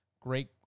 great